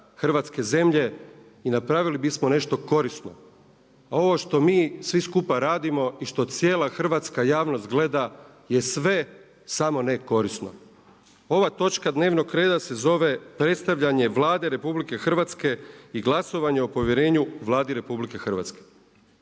hrvatske zemlje i napravili bismo nešto korisno. A ovo što mi svi skupa radimo i što cijela hrvatska javnost gleda je sve samo ne korisno. Ova točka dnevnog reda se zove predstavljanje Vlade Republike Hrvatske i glasovanje o povjerenju Vladi Republike Hrvatske.